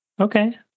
Okay